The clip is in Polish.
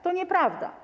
To nieprawda.